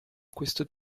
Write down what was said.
questo